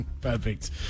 Perfect